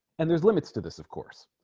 and there's limits to this of course